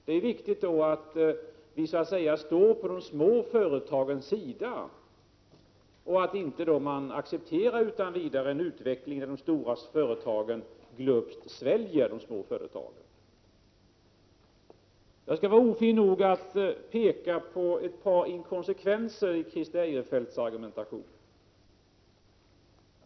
Det är då viktigt att vi står på de små företagens sida och att vi inte utan vidare accepterar en utveckling där de stora företagen glupskt sväljer de små. Jag skall vara ofin nog att peka på ett par inkonsekvenser i Christer Eirefelts argumentation.